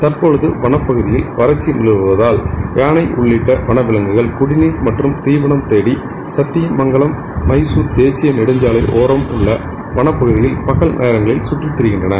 தற்போது வனப் பகுதியில் வறட்சி நிலவுவதால் யானை உள்ளிட்ட வன விலங்குகள் குடிநீர் மற்றும் தீவனம் தேடி சத்தியமங்கலம் மைசூர் தேசிய நெடுஞ்சாலை ஒரம் உள்ள வனப் பகுதியில் பகல் நேர்ங்களில் கற்றி திரிகின்றன